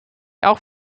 auch